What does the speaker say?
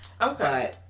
Okay